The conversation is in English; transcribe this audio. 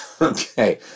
Okay